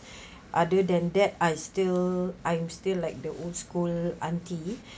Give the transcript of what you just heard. other than that I still I'm still like the old school auntie